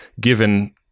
given